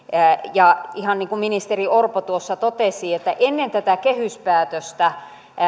ihan niin kuin ministeri orpo tuossa totesi ennen tätä kehyspäätöstä